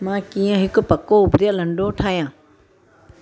मां कीअं हिकु पको उबरियल अंडो ठाहियां